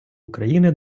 україни